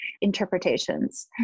interpretations